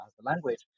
language